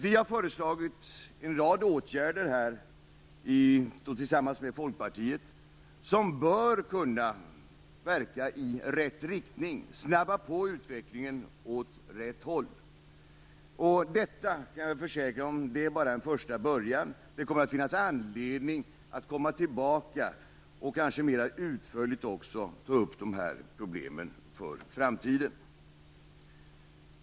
Vi har tillsammans med folkpartiet föreslagit en rad åtgärder som bör kunna verka i rätt riktning, snabba på utvecklingen åt rätt håll. Jag kan försäkra om att detta bara är en första början. Det kommer att finnas anledning att komma tillbaka och att kanske mer utförligt ta upp dessa problem inför framtiden.